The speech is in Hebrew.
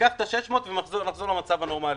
וניקח את ה-600 ונחזיר למצב הנורמלי.